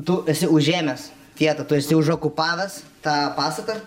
tu esi užėmęs vietą tu esi užokupavęs tą pastatą